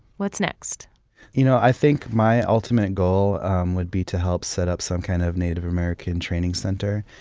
what's next? you know i think my ultimate goal would be to help set up some kind of native american training center.